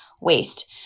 waste